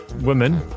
women